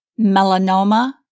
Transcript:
melanoma